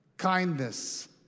Kindness